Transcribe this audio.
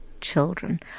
children